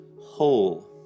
whole